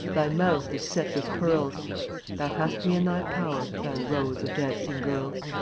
thy mouth is set with pearls thou hast me in thy power, thou rose of dancing girls.